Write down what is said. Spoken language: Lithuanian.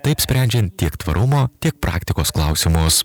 taip sprendžiant tiek tvarumo tiek praktikos klausimus